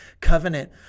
covenant